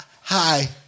hi